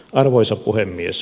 arvoisa puhemies